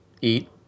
eat